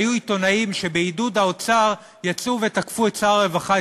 היו עיתונאים שבעידוד האוצר יצאו ותקפו את שר הרווחה,